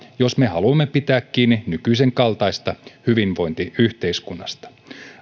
jos me haluamme pitää kiinni nykyisen kaltaisesta hyvinvointiyhteiskunnasta